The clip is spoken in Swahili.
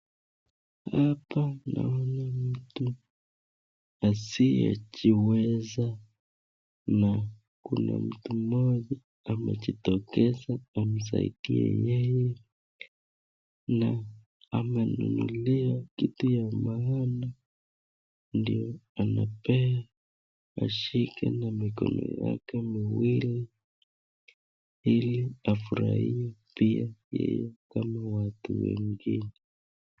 Hapa naona mtu asiye jiweza na kuna mtu mmoja amejitokeza amsaidie yeye na amenunulia kitu ya maana ndiyo anapea ashike na mikono yake miwili ili afurahie pia yeye kama watu wengine.